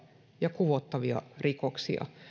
ja kuvottavia rikoksia